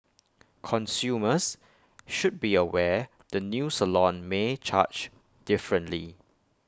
consumers should be aware the new salon may charge differently